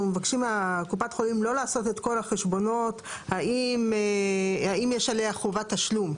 מבקשים מקופת חולים לא לעשות את כל החשבונות האם יש עליה חובת תשלום.